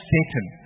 Satan